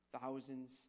thousands